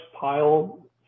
pile